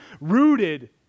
rooted